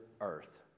earth